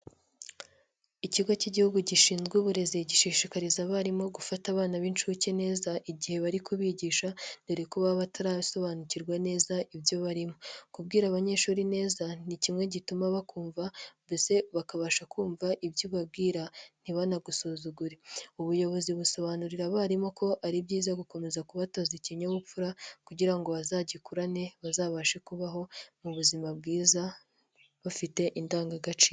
Ikigo cy'Igihugu gishinzwe Uburezi gishishikariza abarimu gufata abana b'incuke neza igihe barikubigisha dore ko baba batarasobanukirwa neza ibyo barimo. Kubwira abanyeshuri neza ni kimwe gituma bakumva mbese bakabasha kumva ibyo ubabwira ntibanagusuzugure. Ubuyobozi busobanurira abarimu ko ari byiza gukomeza kubatoza ikinyabupfura kugira ngo bazagikurane bazabashe kubaho mu buzima bwiza bafite indangagaciro.